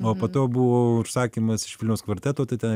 o po to buvo užsakymas iš vilniaus kvarteto tad ten